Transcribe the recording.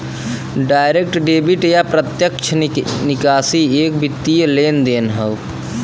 direct debit या प्रत्यक्ष निकासी एक वित्तीय लेनदेन हौ